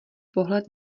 pohled